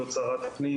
האימהות פחות משחררות,